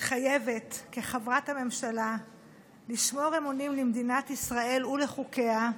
מתחייבת כחברת הממשלה לשמור אמונים למדינת ישראל ולחוקיה,